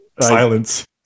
silence